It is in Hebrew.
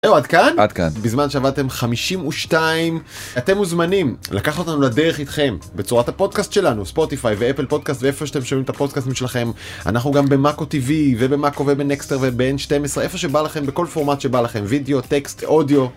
זהו עד כאן? עד כאן. בזמן שעבדתם 52. אתם מוזמנים לקחת אותנו לדרך איתכם בצורת הפודקאסט שלנו, ספוטיפיי ואפל פודקאסט ואיפה שאתם שומעים את הפודקאסטים שלכם. אנחנו גם במאקו טיווי ובמאקו ובנקסטר וב N12 איפה שבא לכם, בכל פורמט שבא לכם, וידאו טקסט אודיו.